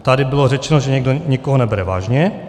Tady bylo řečeno, že někdo někoho nebere vážně.